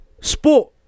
sport